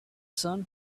sun